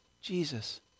Jesus